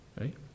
Right